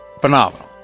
phenomenal